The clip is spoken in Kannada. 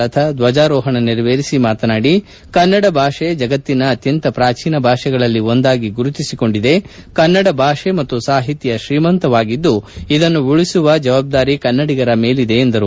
ಲತಾ ಧ್ವಜಾರೋಪಣ ನೆರವೇರಿಸಿ ಮಾತನಾಡಿ ಕನ್ನಡ ಭಾಷೆ ಜಗತ್ತಿನ ಅತ್ಕಂತ ಪಾಚೀನ ಭಾಷೆಗಳಲ್ಲಿ ಒಂದಾಗಿ ಗುರುತಿಸಿಕೊಂಡಿದೆ ಕನ್ನಡ ಭಾಷೆ ಮತ್ತು ಸಾಹಿತ್ಯ ಶ್ರೀಮಂತವಾಗಿದ್ದು ಇದನ್ನು ಉಳಿಸುವ ಜವಾಬ್ದಾರಿ ಕನ್ನಡಿಗರ ಮೇಲಿದೆ ಎಂದು ಹೇಳಿದರು